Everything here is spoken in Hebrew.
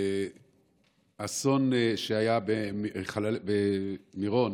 באסון שהיה במירון